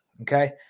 Okay